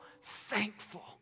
thankful